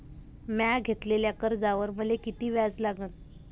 म्या घेतलेल्या कर्जावर मले किती व्याज लागन?